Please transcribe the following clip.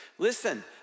Listen